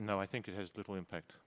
know i think it has little impact